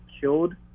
killed